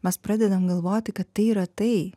mes pradedam galvoti kad tai yra tai